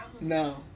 No